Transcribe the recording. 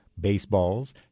baseballs